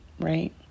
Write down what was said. right